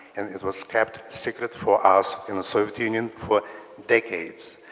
and it was kept secret for us in the soviet union for decades.